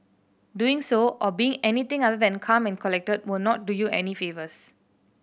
doing so or being anything other than calm and collected will not do you any favours